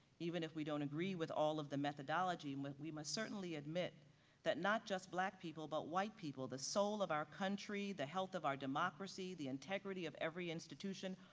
even if we don't agree with all of the methodology, and we must certainly admit that not just black people, but white people, the soul of our country, the health of our democracy, the integrity of every institution,